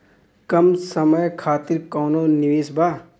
कम समय खातिर कौनो निवेश बा?